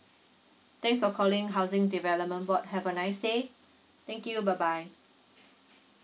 thanks for calling housing development board have a nice day thank you bye bye